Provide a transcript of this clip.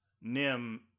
Nim